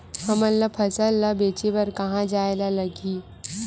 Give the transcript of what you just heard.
हमन ला फसल ला बेचे बर कहां जाये ला लगही?